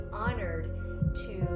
honored—to